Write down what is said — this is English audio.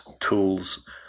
tools